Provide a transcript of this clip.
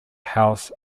house